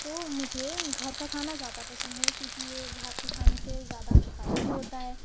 تو مجھے گھر کا کھانا زیادہ پسند ہے کیونکہ یہ باہر کے کھانے سے زیادہ کفایتی ہوتا ہے